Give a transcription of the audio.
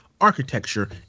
architecture